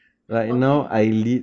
okay